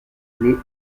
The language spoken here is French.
bleu